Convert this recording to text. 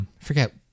forget